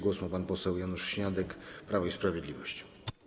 Głos ma pan poseł Janusz Śniadek, Prawo i Sprawiedliwość.